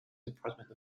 department